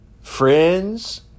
friends